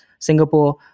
Singapore